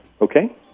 okay